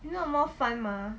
you know more fun mah